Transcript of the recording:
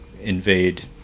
invade